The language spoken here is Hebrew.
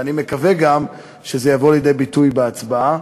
ואני מקווה שזה גם יבוא לידי ביטוי בהצבעה,